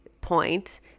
point